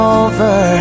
over